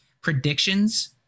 predictions